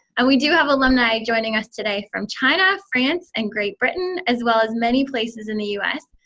and we do have alumni joining us today from china, france, and great britain, as well as many places in the us,